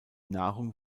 nahrung